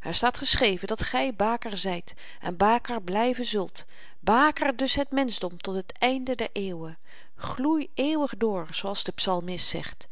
er staat geschreven dat gy baker zyt en baker blyven zult baker dus het menschdom tot het einde der eeuwen gloei eeuwig door zooals de psalmist zegt